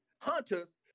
hunters